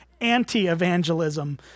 anti-evangelism